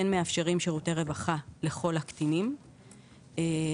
כן מאפשרים שירותי רווחה לכל הקטינים ובמקרים